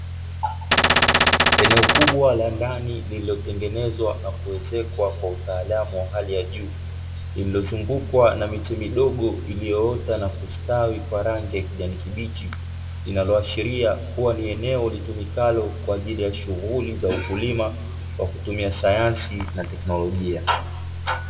Eneo kubwa la ndani lililotengenezwa na kuezekwa kwa utaalamu wa hali ya juu, lililozungukwa na miche midogo iliyoota na kustawi kwa rangi ya kijani kibichi, linaloashiria kuwa ni eneo litumikalo kwa ajili ya shughuli za ukulima wa kutumia sayansi na teknolojia.